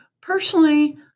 personally